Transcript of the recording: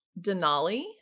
Denali